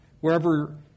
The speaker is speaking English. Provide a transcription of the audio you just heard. wherever